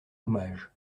hommage